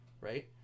right